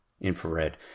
infrared